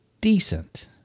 decent